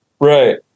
Right